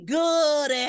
good